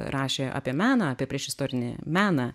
rašė apie meną apie priešistorinį meną